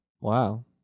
Wow